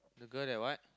the girl that what